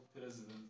president